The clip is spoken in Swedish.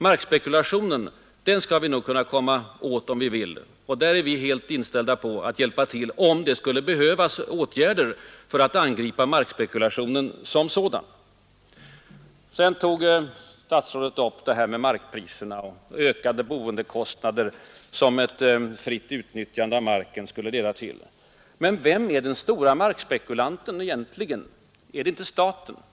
Markspekulationen skall vi nog kunna komma åt, och vi är helt inställda på att hjälpa till om det skulle behövas ytterligare åtgärder för att angripa markspekulationen som sådan. Sedan tog statsrådet upp frågan om markpriserna och de ökade boendekostnader, som ett fritt utnyttjande av marken skulle leda till. Men vem är den stora markspekulanten? Är det inte staten själv?